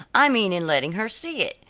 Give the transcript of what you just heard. i mean in letting her see it.